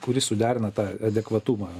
kuri suderina tą adekvatumą